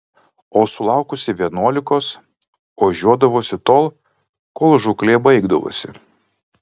o sulaukusi vienuolikos ožiuodavausi tol kol žūklė baigdavosi